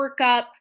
workup